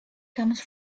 comes